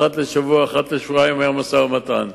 אחת לשבוע, אחת לשבועיים, היה משא-ומתן.